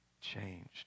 changed